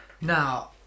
Now